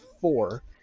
four